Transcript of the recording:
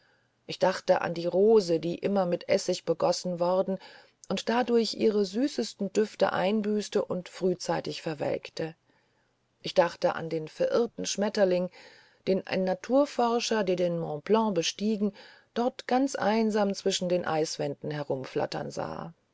ich dachte an die rose die immer mit essig begossen worden und dadurch ihre süßesten düfte einbüßte und frühzeitig verwelkte ich dachte an den verirrten schmetterling den ein naturforscher der den montblanc bestieg dort ganz einsam zwischen den eiswänden umherflattern sah